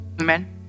Amen